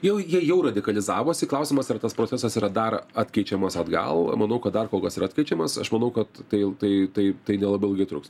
jau jie jau radikalizavosi klausimas ar tas procesas yra dar atkeičiamas atgal manau kad dar kol kas yra atkeičiamas aš manau kad tai tai tai tai nelabai ilgai truks